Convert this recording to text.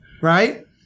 right